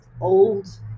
old